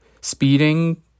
speeding